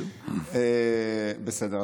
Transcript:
בסדר.